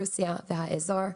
רוסיה והאזור.